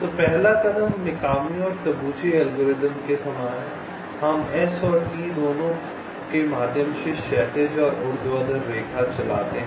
तो पहला कदम मिकामी और तबूची एल्गोरिदम के समान है हम S और T दोनों के माध्यम से क्षैतिज और ऊर्ध्वाधर रेखा चलाते हैं